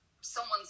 someone's